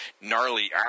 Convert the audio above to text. gnarly